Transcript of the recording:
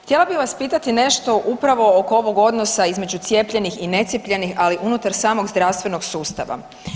Htjela bih vas pitati nešto upravo oko ovog odnosa između cijepljenih i necijepljenih, ali unutar samog zdravstvenog sustava.